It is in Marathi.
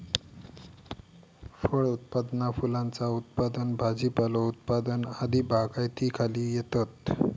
फळ उत्पादना फुलांचा उत्पादन भाजीपालो उत्पादन आदी बागायतीखाली येतत